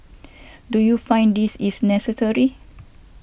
do you find this is necessary